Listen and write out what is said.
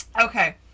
okay